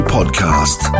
Podcast